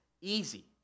easy